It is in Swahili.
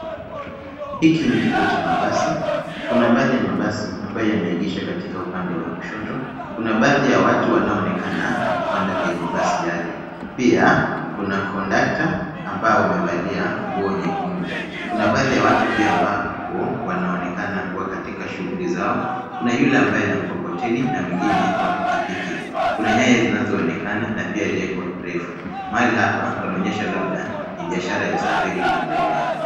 Hiki ni kituo cha mabasi. Kuna baadhi ya mabasi ambayo yameegeshwa katika upande wa kushoto. Kuna baadhi ya watu wanaoonekana wakipanda kwenye mabasi yale. Pia kuna kondakta ambaye wamevalia nguo nyekundu. Kuna baadhi ya watu pia ambapo wanaonekana kuwa katika shughuli zao. Kuna yule ambaye ana mkokoteni na mwingine wa pikipiki. Kuna nyaya zinazoonekana na pia jengo refu. Mahala hapa panaonyesha labda ni biashara ya usafiri inaendelea.